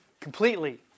Completely